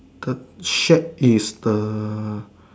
the shack is the